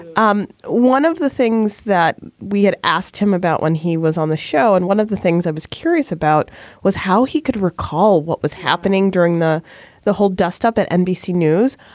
um one of the things that we had asked him about when he was on the show. and one of the things i was curious about was how he could recall what was happening during the the whole dust up at nbc news.